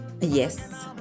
yes